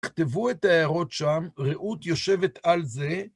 כתבו את הערות שם, רעות יושבת על זה.